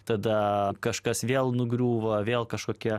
tada kažkas vėl nugriūva vėl kažkokie